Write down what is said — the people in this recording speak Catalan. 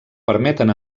permeten